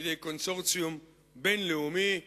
בידי קונסורציום בין-לאומי: